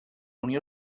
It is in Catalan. unió